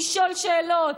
לשאול שאלות,